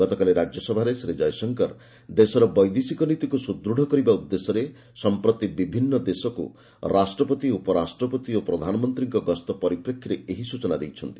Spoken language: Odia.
ଗତକାଲି ରାଜ୍ୟସଭାରେ ଶ୍ରୀ ଜୟଶଙ୍କର ଦେଶର ବୈଦେଶିକ ନୀତିକୃ ସ୍ୱଦୂତ୍ କରିବା ଉଦ୍ଦେଶ୍ୟରେ ସମ୍ପ୍ରତି ବିଭିନ୍ନ ଦେଶକୁ ରାଷ୍ଟ୍ରପତି ଉପରାଷ୍ଟ୍ରପତି ଓ ପ୍ରଧାନମନ୍ତ୍ରୀଙ୍କ ଗସ୍ତ ପରିପ୍ରେକ୍ଷୀରେ ଏହି ସ୍ବଚନା ଦେଇଛନ୍ତି